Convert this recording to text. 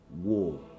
war